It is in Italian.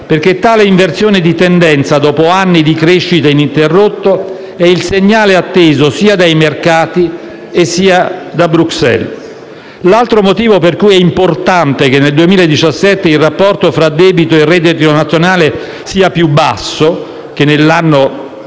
perché tale inversione di tendenza, dopo anni di crescita ininterrotta, è il segnale atteso sia dai mercati, sia da Bruxelles. L'altro motivo per cui è importante che nel 2017 il rapporto fra debito e reddito nazionale sia più basso che nel 2016